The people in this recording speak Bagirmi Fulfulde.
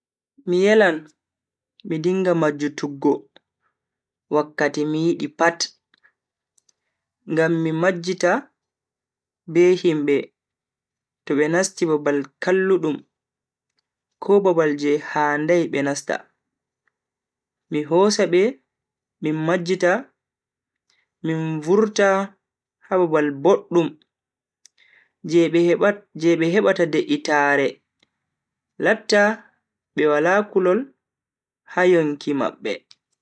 Mi yelan mi dinga majjutuggo wakkati mi yidi pat, ngam mi majjita be himbe to be nasti babal kalludum ko babal je handai be nasta, mi hosa be min majjita min vurta ha babal boddum je be hebata… je be hebata de'itaare latta be wala kulol ha yonki mabbe.